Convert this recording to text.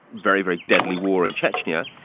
very, very deadly war in chechnya,